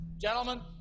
Gentlemen